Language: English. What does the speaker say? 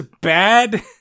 bad